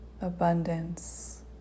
abundance